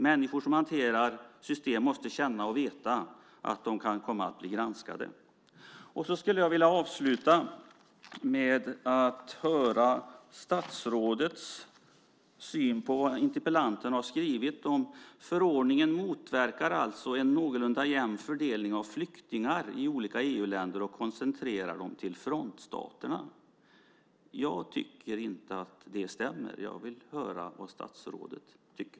Människor som hanterar system måste känna och veta att de kan komma att bli granskade. Jag skulle vilja avsluta med att be om att få höra statsrådets syn på vad interpellanten skriver om att förordningen alltså "motverkar . en någorlunda jämn fördelning av flyktingar i olika EU-länder och koncentrerar dem till frontstaterna". Jag tycker inte att det stämmer. Jag vill höra vad statsrådet tycker.